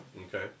Okay